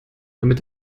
damit